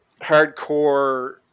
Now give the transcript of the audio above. hardcore